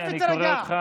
תירגע,